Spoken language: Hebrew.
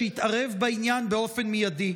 והוא התערב בעניין באופן מיידי.